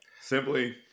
simply